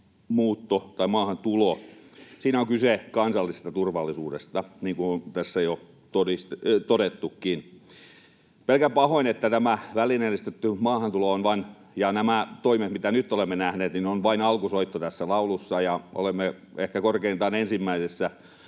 maahantulossa on kyse kansallisesta turvallisuudesta, niin kuin tässä on jo todettukin. Pelkään pahoin, että tämä välineellistetty maahantulo ja nämä toimet, mitä nyt olemme nähneet, ovat vain alkusoitto tässä laulussa ja olemme ehkä korkeintaan ensimmäisessä